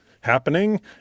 happening